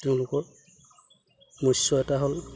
তেওঁলোকৰ মৎস্য এটা হ'ল